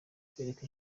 kwereka